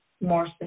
More